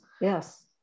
Yes